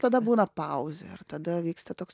tada būna pauzė ir tada vyksta toks